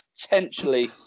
potentially